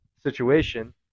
situation